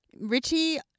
Richie